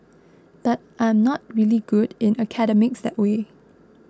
but I'm not really good in academics that way